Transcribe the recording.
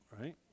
Right